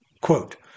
quote